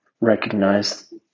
recognize